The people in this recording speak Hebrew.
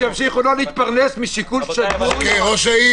--- ימשיכו לא להתפרנס משיקול --- ראש העיר.